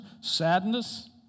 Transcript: sadness